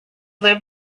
lived